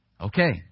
Okay